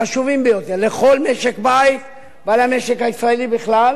החשובים ביותר לכל משק בית ולמשק הישראלי בכלל